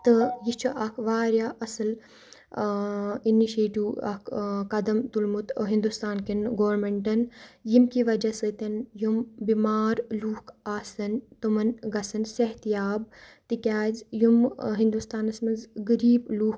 تہٕ یہِ چھِ اَکھ واریاہ اَصٕل اِنِشیٹِو اَکھ قدم تُلمُت ہِندوستانکیٚن گورمیٚنٛٹَن ییٚمکہِ وَجہ سۭتۍ یِم بِمار لُکھ آسَن تمَن گژھن صحتِ یاب تِکیٛازِ یِم ہِنٛدوستانَس منٛز غریٖب لوٗکھ